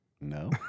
No